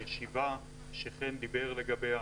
הישיבה שחן דיבר עליה,